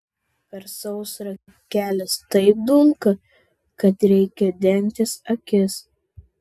per sausrą kelias taip dulka kad reikia dengtis akis